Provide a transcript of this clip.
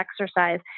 exercise